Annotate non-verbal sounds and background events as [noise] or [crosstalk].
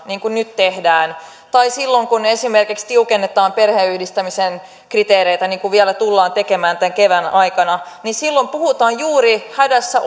niin kuin nyt tehdään tai silloin kun esimerkiksi tiukennetaan perheenyhdistämisen kriteereitä niin kuin vielä tullaan tekemään tämän kevään aikana silloin puhutaan juuri hädässä [unintelligible]